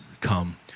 come